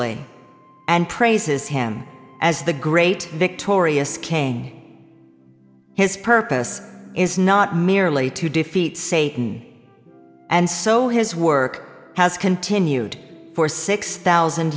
ly and praises him as the great victorious king his purpose is not merely to defeat say in and so his work has continued for six thousand